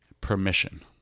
permission